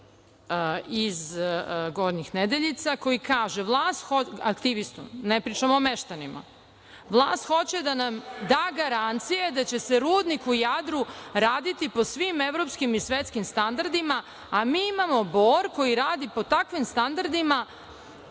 iz Gornjih Nedeljica koji kaže, aktivistu, ne pričam o meštanima, aktivistu – vlast hoće da nam da garancije da će se rudnik u Jadru raditi po svim evropskim i svetskim standardima, a mi imamo Bor koji radi po takvim standardima